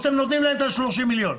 או שאתם נותנים להם את ה-30 מיליון,